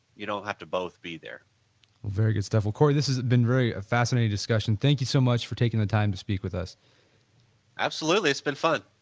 you don't have to both be there very good stuff. well, corey, this has been very, a fascinating discussion. thank you so much for taking the time to speak with us absolutely, it's been fun